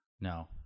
No